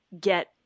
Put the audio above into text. get